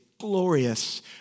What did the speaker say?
glorious